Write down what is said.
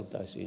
puhemies